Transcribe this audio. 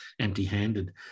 empty-handed